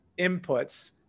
inputs